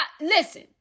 Listen